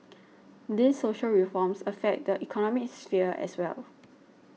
these social reforms affect the economic sphere as well